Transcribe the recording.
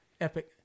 Epic